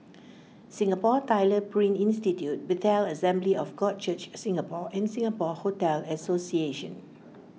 Singapore Tyler Print Institute Bethel Assembly of God Church Singapore and Singapore Hotel Association